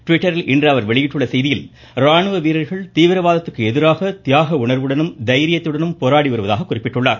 டிவிட்டரில் இன்று அவர் வெளியிட்டுள்ள செய்தியில் ராணுவ வீரர்கள் தீவிரவாதத்திற்கு எதிராக தியாக உணர்வுடனும் தைரியத்துடனும் போராடி வருவதாக குறிப்பிட்டுள்ளார்